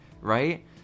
right